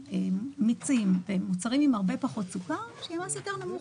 לגבי מיצים ומוצרים עם הרבה פחות סוכר שיהיה מס נמוך יותר.